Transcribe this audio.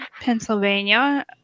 pennsylvania